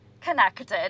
Connected